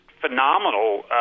phenomenal